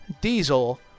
Diesel